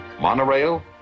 monorail